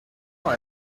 dans